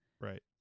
Right